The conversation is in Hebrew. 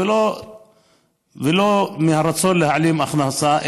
ולא מהרצון להעלים הכנסה,